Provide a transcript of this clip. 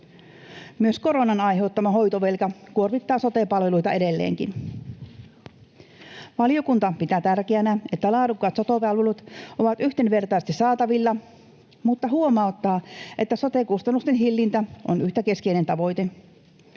Myös koronan aiheuttama hoitovelka kuormittaa sote-palveluita edelleenkin. Valiokunta pitää tärkeänä, että laadukkaat sote-palvelut ovat yhdenvertaisesti saatavilla, mutta huomauttaa, että sote-kustannusten hillintä on yhtä keskeinen tavoite.